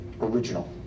original